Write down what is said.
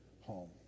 home